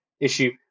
issue